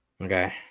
Okay